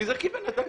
ניזוקים בינתיים,